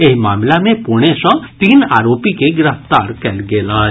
एहि मामिला मे पुणे सँ तीन आरोपी के गिरफ्तार कयल गेल अछि